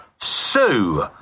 Sue